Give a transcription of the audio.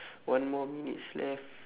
one more minutes left